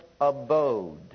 abode